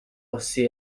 aussi